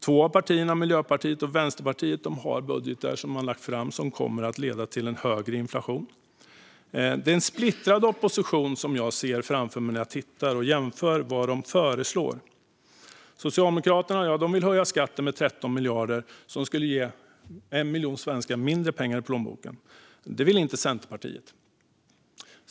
Två av partierna, Miljöpartiet och Vänsterpartiet, har budgetar som kommer att leda till en högre inflation. Det är en splittrad opposition som jag ser framför mig när jag jämför vad de föreslår. Socialdemokraterna vill höja skatten med 13 miljarder, vilket skulle ge 1 miljon svenskar mindre pengar i plånboken. Det vill inte Centerpartiet.